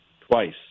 twice